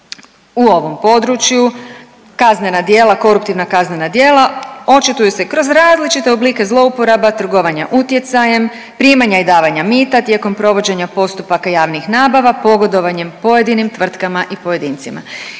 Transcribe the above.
kaznena djela, koruptivna kaznena djela očituju se kroz različite oblike zlouporaba trgovanja utjecajem, primanja i davanja mita tijekom provođenja postupaka javnih nabava, pogodovanjem pojedinim tvrtkama i pojedincima.